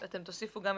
אתם תוסיפו.